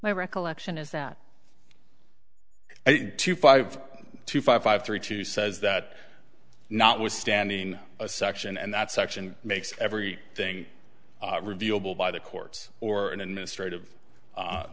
my recollection is that two five two five five three two says that notwithstanding a section and that section makes every thing revealed will by the courts or an administrative